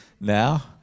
now